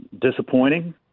disappointing